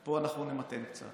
פה אנחנו נמתן קצת,